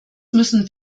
müssen